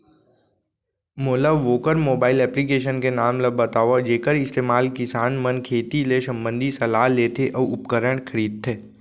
मोला वोकर mobile application के नाम ल बतावव जेखर इस्तेमाल किसान मन खेती ले संबंधित सलाह लेथे अऊ उपकरण खरीदथे?